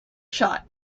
shot